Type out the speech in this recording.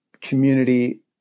community